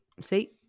see